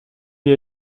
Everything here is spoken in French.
est